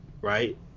right